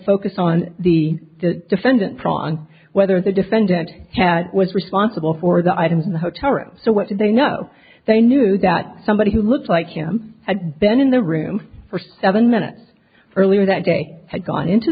focus on the defendant prawn whether the defendant was responsible for the items in the hotel room so what do they know they knew that somebody who looks like him had been in the room for seven minutes earlier that day had gone into